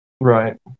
Right